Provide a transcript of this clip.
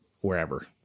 wherever